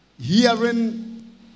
Hearing